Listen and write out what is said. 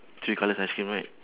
three colours ice cream right